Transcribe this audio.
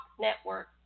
Network